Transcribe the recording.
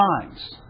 times